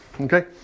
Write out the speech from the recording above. Okay